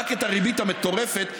רק את הריבית המטורפת,